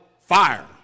fire